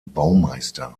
baumeister